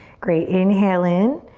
great, inhale in.